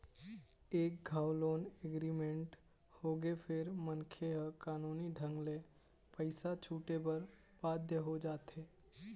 एक घांव loan agreement होगे फेर मनखे ह कानूनी ढंग ले पइसा छूटे बर बाध्य हो जाथे